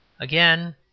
Again